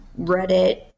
Reddit